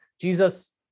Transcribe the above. jesus